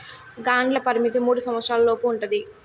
గ్రాంట్ల పరిమితి మూడు సంవచ్చరాల లోపు ఉంటది